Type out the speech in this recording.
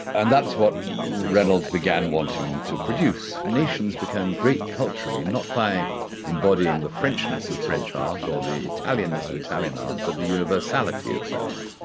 and that's what reynolds began wanting to produce. nations became great culturally, and not by embodying the frenchness of french art or the italianness of italian art, but the universality of their um